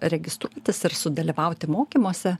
registruotis ir sudalyvauti mokymuose